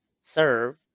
serve